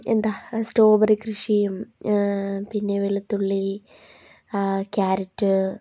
എന്താണ് സ്ട്രോബെറി കൃഷിയും പിന്നെ വെളുത്തുള്ളി ആ ക്യാരറ്റ്